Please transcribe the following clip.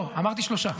לא, אמרתי שלושה.